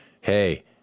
hey